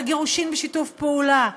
וגירושים בשיתוף פעולה,